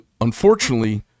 unfortunately